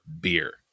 beer